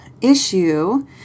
issue